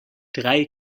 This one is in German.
drei